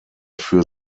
für